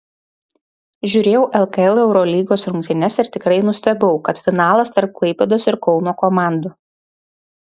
žiūrėjau lkl eurolygos rungtynes ir tikrai nustebau kad finalas tarp klaipėdos ir kauno komandų